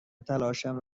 تلاشم